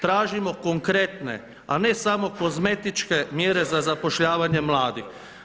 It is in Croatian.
Tražimo konkretne a ne samo kozmetičke mjere za zapošljavanje mladih.